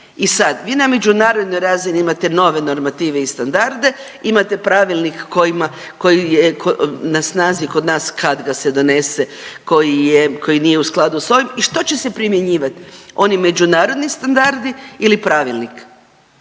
i sad vi na međunarodnoj razini imate nove normative i standarde, imate pravilnik kojima, koji je na snazi kod nas kad ga se donese, koji je, koji nije u skladu s ovim i što će se primjenjivati oni međunarodni standardi ili pravilnik?